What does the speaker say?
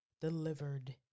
delivered